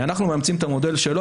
אנחנו מאמצים את המודל שלו.